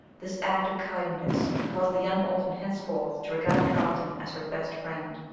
this act of kindness caused the young orphan henceforth to regard carlton as her best friend.